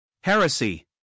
HERESY